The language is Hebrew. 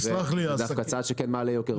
זה צעד שכן מעלה יוקר מחיה.